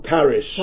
Paris